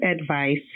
advice